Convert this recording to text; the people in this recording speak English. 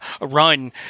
run